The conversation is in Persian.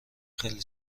خیلی